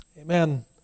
Amen